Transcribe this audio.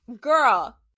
girl